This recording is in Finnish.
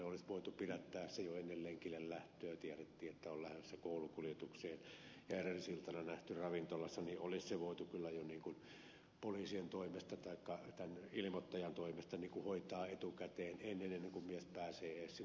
olisi voitu pidättää hänet jo ennen lenkille lähtöä kun tiedettiin että on lähdössä koulukuljetukseen ja edellisenä iltana oli nähty ravintolassa niin olisi se voitu kyllä jo poliisien toimesta tai ilmoittajan toimesta hoitaa etukäteen ennen kuin mies pääsee edes linjalle